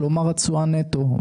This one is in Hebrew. כלומר התשואה נטו.